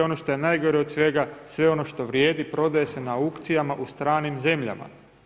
Ono što je najgore od svega, sve ono što vrijedi prodaje se na aukcijama u stranim zemljama.